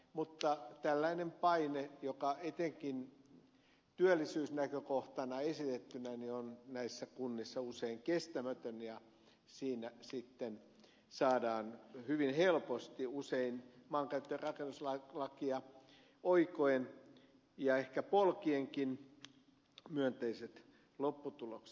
mutta tällainen paine on etenkin työllisyysnäkökohtana esitettynä näissä kunnissa usein kestämätön ja siinä sitten saadaan hyvin helposti usein maankäyttö ja rakennuslakia oikoen ja ehkä polkienkin myönteiset lopputulokset